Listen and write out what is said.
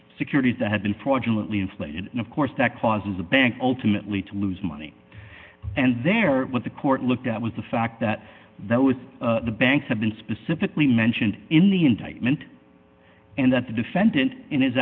securities that had been fortunately inflated and of course that causes the bank ultimately to lose money and there was a court looked at was the fact that that was the banks have been specifically mentioned in the indictment and that the defendant in his